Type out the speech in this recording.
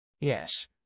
Yes